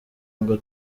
ngo